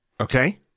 Okay